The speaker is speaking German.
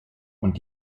und